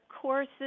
courses